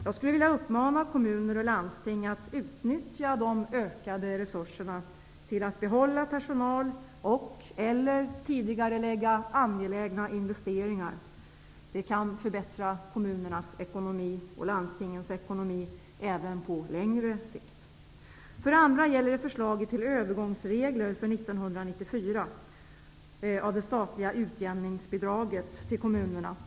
Jag skulle vilja uppmana kommuner och landsting att utnyttja de ökade resurserna för att behålla personal och/eller tidigarelägga angelägna investeringar. Det kan förbättra kommunernas och landstingens ekonomi även på längre sikt. För det andra gäller det förslaget till övergångsregler för 1994 av det statliga utjämningsbidraget till kommunerna.